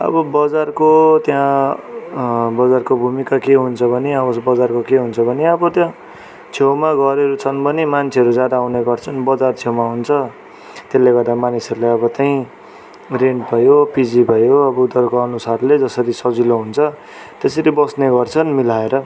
अब बजारको त्यहाँ बजारको भूमिका के हुन्छ भने अब बजारको के हुन्छ भने अब त्यहाँ छेउमा घरहरू छन् भने मान्छेहरू ज्यादा आउने गर्छन् बजार छेउमा हुन्छ त्यसले गर्दा मानिसहरूले अब त्यहीँ रेन्ट भयो पिजी भयो अब उनीहरूको अनुसारले जसरी सजिलो हुन्छ त्यसरी बस्ने गर्छन् मिलाएर